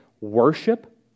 Worship